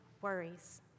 worries